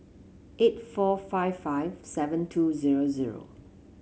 eight four five five seven two zero zero